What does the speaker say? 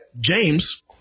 James